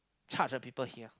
charge the people here